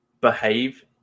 behave